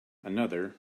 another